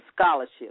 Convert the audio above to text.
scholarships